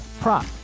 prop